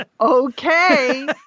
Okay